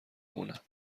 مونم